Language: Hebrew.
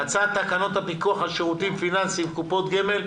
הצעת תקנות הפיקוח על שירותים פיננסיים (קופות גמל)